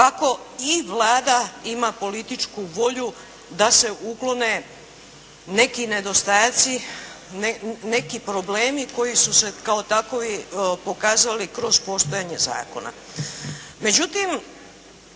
kako i Vlada ima političku volju da se uklone neki nedostatci, neki problemi koji su se kao takovi pokazali kroz postojanje zakona.